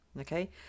Okay